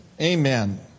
Amen